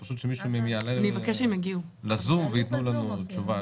אז פשוט שמישהו מהם יעלה לזום וייתנו לנו תשובה.